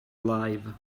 alive